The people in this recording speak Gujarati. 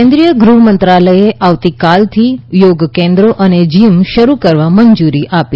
કેન્દ્રીય ગૃહમંત્રાલયે આવતીકાલથી યોગ કેન્દ્રો અને જીમ શરૂ કરવા મંજૂરી આપી